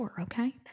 okay